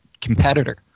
competitor